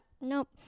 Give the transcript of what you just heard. nope